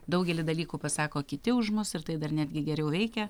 daugelį dalykų pasako kiti už mus ir tai dar netgi geriau veikia